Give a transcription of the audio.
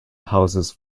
houses